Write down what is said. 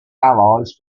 allies